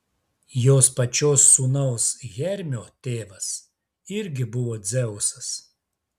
jos pačios sūnaus hermio tėvas irgi buvo dzeusas